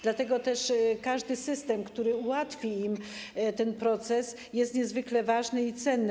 Dlatego każdy system, który ułatwi im ten proces, jest niezwykle ważny i cenny.